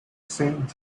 saint